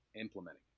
implementing